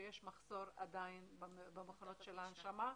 שיש מחסור עדין במכונות ההנשמה,